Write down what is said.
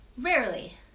Rarely